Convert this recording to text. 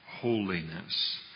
holiness